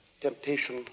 Temptation